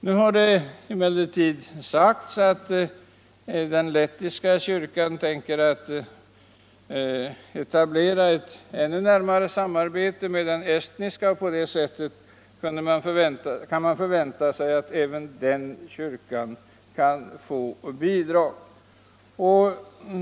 Nu har det emellertid sagts att den lettiska kyrkan tänker etablera ett ännu närmare samarbete med den estniska kyrkan. På det sättet kan man förvänta sig att även den kyrkan får bidrag.